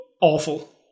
awful